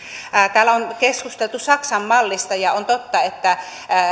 täällä on keskusteltu saksan mallista ja on totta että